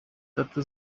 tatu